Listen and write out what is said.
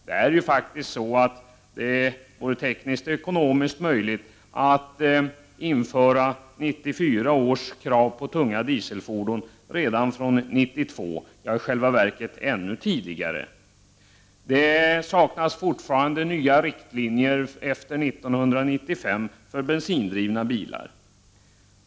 Det är faktiskt både tekniskt och ekonomiskt möjligt att införa 1994 års krav på tunga dieselfordon redan fr.o.m. 1992, ja, i själva verket ännu tidigare. Det saknas fortfarande nya riktlinjer för tiden efter 1995 för bensindrivna bilar.